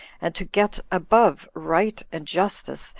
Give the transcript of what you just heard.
and to get above right and justice,